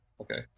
Okay